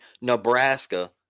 Nebraska